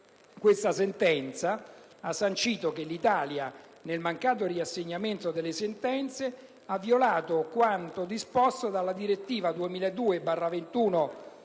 Tale sentenza ha sancito che l'Italia, nel mancato riassegnamento delle frequenze, ha violato quanto disposto dalla direttiva della